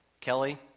Kelly